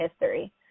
history